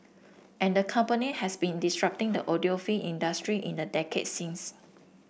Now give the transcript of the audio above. and the company has been disrupting the audiophile industry in the decade since